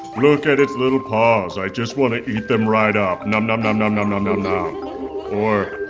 look at its little paws. i just want to eat them right up. nom-nom-nom-nom-nom. and or,